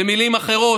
במילים אחרות,